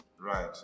Right